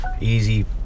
easy